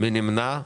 מי נמנע?